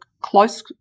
close